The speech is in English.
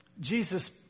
Jesus